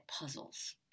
puzzles